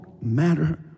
matter